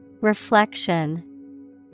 Reflection